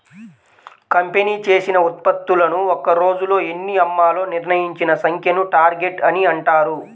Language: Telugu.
కంపెనీ చేసిన ఉత్పత్తులను ఒక్క రోజులో ఎన్ని అమ్మాలో నిర్ణయించిన సంఖ్యను టార్గెట్ అని అంటారు